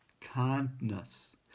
kindness